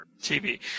TV